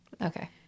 Okay